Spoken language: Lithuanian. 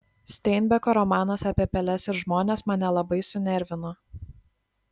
steinbeko romanas apie peles ir žmones mane labai sunervino